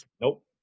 Nope